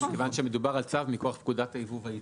מכיוון שמדובר על צו מכוח פקודת היבוא והיצוא.